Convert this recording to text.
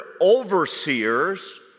overseers